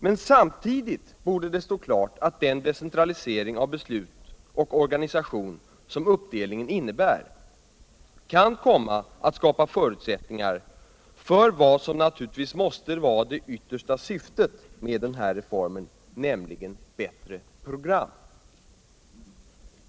Men samtidigt borde det stå klart att den decentralisering av beslut och organisation som uppdelningen innebär kan komma att skapa förutsättningar för vad som naturligtvis måste vara det vuersta svfiet med reformen, nämligen bättre program.